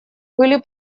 были